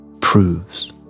proves